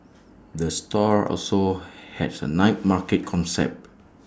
the store also has A night market concept